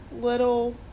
little